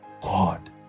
God